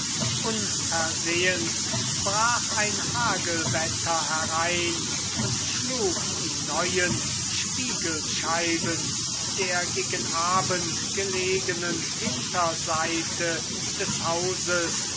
unversehens brach ein hagelwetter herein und schlug die neuen spiegelscheiben der gegen abend gelegenen hinterseite des hauses